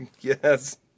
Yes